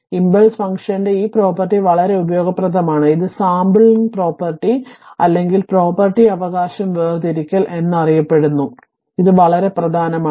impulse ഫംഗ്ഷന്റെ ഈ property വളരെ ഉപയോഗപ്രദമാണ് ഇത് സാമ്പിൾ പ്രോപ്പർട്ടി അല്ലെങ്കിൽ പ്രോപ്പർട്ടി അവകാശം വേർതിരിക്കൽ എന്നറിയപ്പെടുന്നു അതിനാൽ ഇത് വളരെ പ്രധാനമാണ്